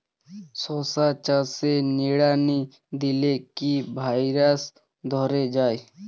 শশা চাষে নিড়ানি দিলে কি ভাইরাস ধরে যায়?